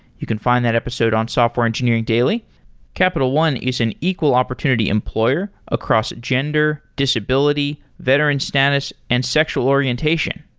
you can find that episode on software engineering daily capital one is an equal opportunity employer across gender disability, veteran status, and sexual orientation.